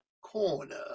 Corner